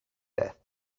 death